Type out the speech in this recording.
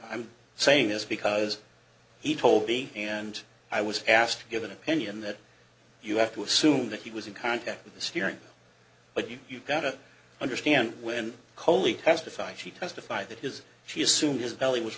i'm saying this because he told me and i was asked to give an opinion that you have to assume that he was in contact with the steering but you gotta understand when kohli testified she testified that his she assumed his belly was